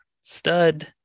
stud